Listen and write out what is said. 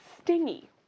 stingy